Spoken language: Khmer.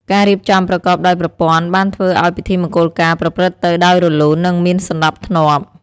ការរៀបចំប្រកបដោយប្រព័ន្ធបានធ្វើឱ្យពិធីមង្គលការប្រព្រឹត្តទៅដោយរលូននិងមានសណ្តាប់ធ្នាប់។